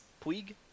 Puig